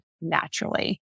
naturally